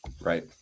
right